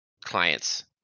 clients